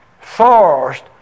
forced